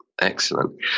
excellent